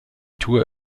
tour